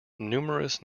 numerous